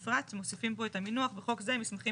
ומוסיפים פה את המינוח "בחוק זה מסמכים